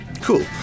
Cool